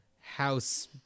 house